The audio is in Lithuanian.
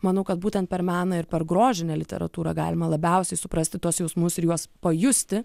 manau kad būtent per meną ir per grožinę literatūrą galima labiausiai suprasti tuos jausmus ir juos pajusti